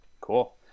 Cool